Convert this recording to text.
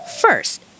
First